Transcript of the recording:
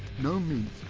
no meat.